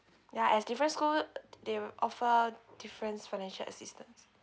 ya as different school they offer different financial assistance